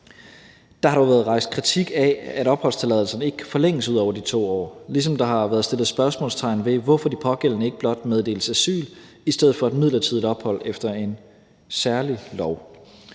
Der har dog været rejst kritik af, at opholdstilladelsen ikke kan forlænges ud over de 2 år, ligesom der har været sat spørgsmålstegn ved, hvorfor de pågældende ikke blot meddeles asyl i stedet for et midlertidigt ophold efter en særlig lov.